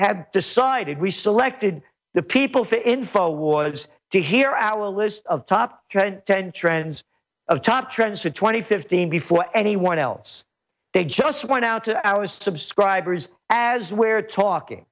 had decided we selected the people for info awards to hear our a list of top ten trends of top trends for twenty fifteen before anyone else they just went out to our subscribers as we're talking